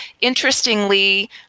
Interestingly